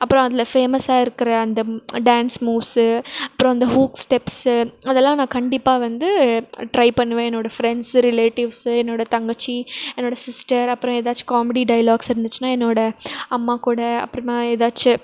அப்புறம் அதில் ஃபேமஸாக இருக்கின்ற அந்த டான்ஸ் மூவ்ஸு அப்புறம் அந்த ஹூக் ஸ்டெப்ஸு அதெல்லாம் நான் கண்டிப்பாக வந்து ட்ரை பண்ணுவேன் என்னோடய ஃப்ரெண்ட்ஸ் ரிலேட்டிவ்ஸு என்னோடய தங்கச்சி என்னோடய சிஸ்டர் அப்புறம் ஏதாச்சும் காமெடி டயலாக்ஸ் இருந்துச்சினால் என்னோடய அம்மா கூட அப்புறமா ஏதாச்சும்